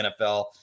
NFL